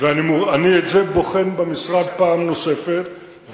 אני את זה בוחן במשרד פעם נוספת,